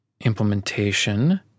implementation